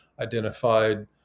identified